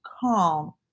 calm